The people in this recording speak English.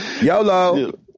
YOLO